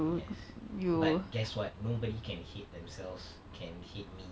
yes but guess what nobody can hate themselves can hate me